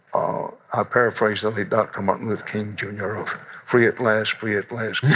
i ah paraphrase the late dr. martin luther king jr. of free at last, free at last,